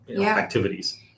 activities